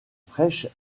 fraîche